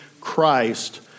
Christ